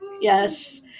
yes